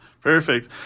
perfect